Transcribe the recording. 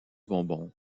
bonbon